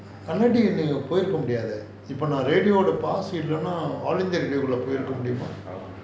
Canadian போய் இருக்க முடியாதே இப்போ நான்:kannadiyan poi iruka mudiyathae ippo naan radio pass இல்லனா:illana all india radio குள்ள போய் இருக்க முடியுமா:kulla poi iruka mudiyumaa